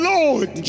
Lord